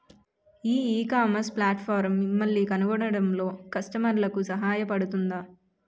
ఈ ecommerce platform మిమ్మల్ని కనుగొనడంలో కస్టమర్లకు సహాయపడుతుందా?